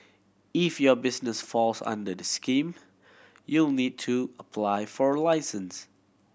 if your business falls under this scheme you'll need to apply for a license